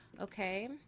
okay